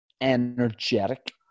energetic